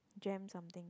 Gem something